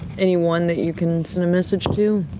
anyone, that you can send a message to?